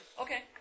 Okay